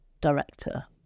director